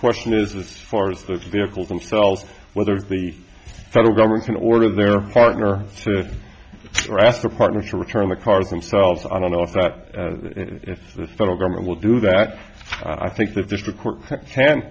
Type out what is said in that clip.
question is as far as the vehicle themselves whether the federal government can order their partner or ask the partner to return the car themselves i don't know if the federal government will do that i think the district